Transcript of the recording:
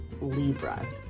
Libra